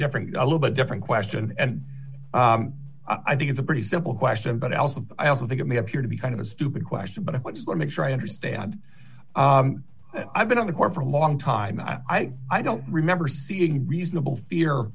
different a little bit different question and i think it's a pretty simple question but i also of i also think it may appear to be kind of a stupid question but what is going to be sure i understand i've been on the court for a long time i i don't remember seeing a reasonable fear